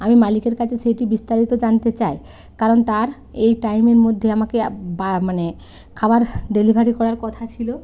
আমি মালিকের কাছে সেইটি বিস্তারিত জানতে চাই কারণ তার এই টাইমের মধ্যে আমাকে বা মানে খাবার ডেলিভারি করার কথা ছিল